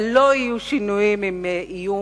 אבל לא יהיו שינויים אם יהיו